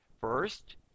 first